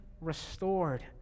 restored